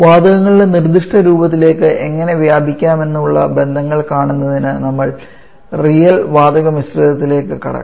വാതകങ്ങളുടെ നിർദ്ദിഷ്ട രൂപത്തിലേക്ക് എങ്ങനെ വ്യാപിക്കാമെന്ന് ഉള്ള ബന്ധങ്ങൾ കാണുന്നതിന് നമ്മൾ റിയൽ വാതക മിശ്രിതങ്ങളിലേക്ക് കടക്കാം